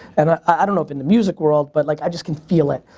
and ah i don't know up in the music world but like i just can feel it.